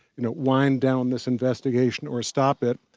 you know, wind down this investigation, or stop it,